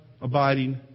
abiding